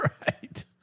Right